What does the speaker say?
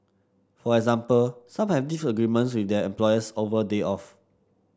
for example some have disagreements with their employers over day off